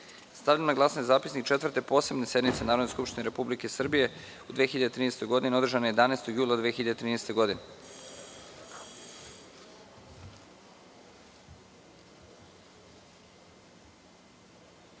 godine. Stavljam na glasanje Zapisnik Četvrte posebne sednice Narodne skupštine Republike Srbije u 2013. godini, održane 11. jula 2013. godine. Molim